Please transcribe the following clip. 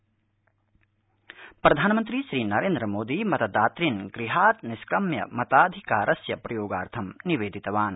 प्रधानमन्त्री प्रधानमन्त्री नरद्विमोदी मतदातृन् गृहात् निष्क्रमस्य मताधिकारस्य प्रयोगार्थम् निवर्दितवान्